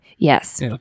Yes